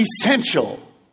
essential